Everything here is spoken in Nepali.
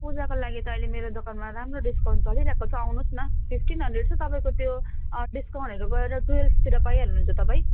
पुजाको लागि त अहिले मेरो दोकानमा राम्रो डिस्काउन्ट चलिरहेको छ आउनु होस् न फिप्टिन हन्ड्रेड छ तपाईँको त्यो डिसकाउन्टहरू गरेर टुवेल्फतिर पाइहाल्नु हुन्छ तपाईँ